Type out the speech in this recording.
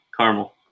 Caramel